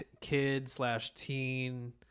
kid-slash-teen